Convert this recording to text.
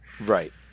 Right